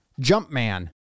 Jumpman